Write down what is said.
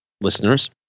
listeners